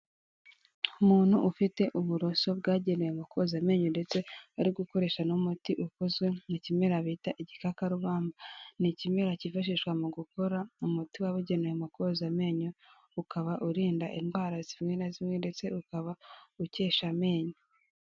Umuntu ufite uburoso bwagenewe mu koza amenyo ndetse ari gukoresha n'umuti ukozwe mu kimera bita igikakarubamba, ni ikimera cyifashishwa mu gukora umuti wabugenewe mu koza amenyo ukaba urinda indwara zimwe na zimwe ndetse ukaba ukesha amenyo.